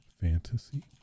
Fantasy